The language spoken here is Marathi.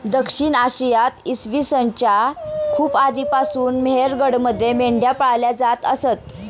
दक्षिण आशियात इसवी सन च्या खूप आधीपासून मेहरगडमध्ये मेंढ्या पाळल्या जात असत